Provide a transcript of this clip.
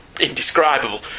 indescribable